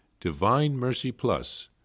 Divinemercyplus